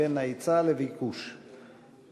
ולמצוא פתרונות שיובילו לשינוי ניכר בשטח.